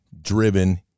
driven